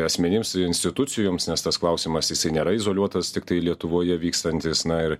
asmenims ir institucijoms nes tas klausimas jisai nėra izoliuotas tiktai lietuvoje vykstantis na ir